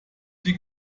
die